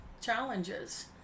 challenges